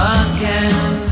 again